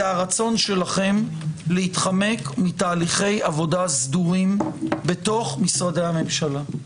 הרצון שלכם להתחמק מתהליכי עבודה סדורים בתוך משרדי הממשלה.